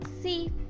see